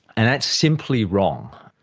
and that's simply wrong.